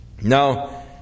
Now